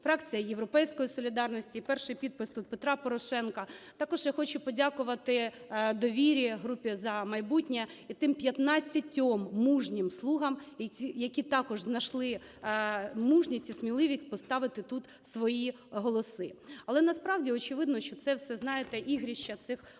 фракція "Європейської солідарності" і перший підпис тут Петра Порошенка. Також я хочу подякувати "Довірі", групі "За майбутнє" і тим 15 мужнім "слугам", які також знайшли мужність і сміливість поставити тут свої голоси. Але насправді очевидно, що це все, знаєте, ігрища цих молодих